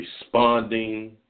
responding